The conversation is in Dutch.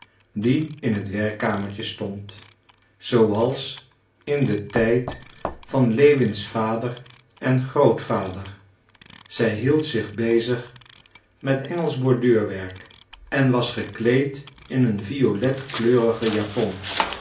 die in het werkkamertje stond zooals in den tijd van lewins vader en grootvader zij hield zich bezig met engelsch borduurwerk en was gekleed in een violetkleurige japon